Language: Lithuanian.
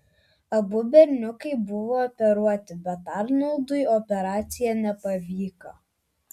abu berniukai buvo operuoti bet arnoldui operacija nepavyko